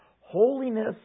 Holiness